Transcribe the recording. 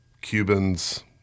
Cubans